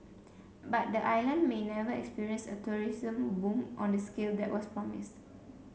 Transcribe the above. but the island may never experience a tourism boom on the scale that was promised